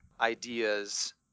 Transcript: ideas